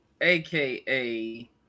aka